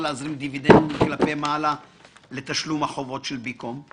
להזרים דיווידנד לתשלום החובות של בי-קום,